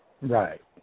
Right